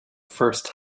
first